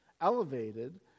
elevated